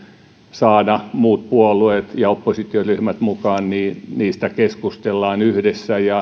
saada muut puolueet ja oppositioryhmät mukaan niin niistä keskustellaan yhdessä